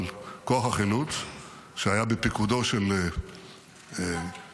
אבל כוח החילוץ שהיה בפיקודו של -- אני יודעת מי.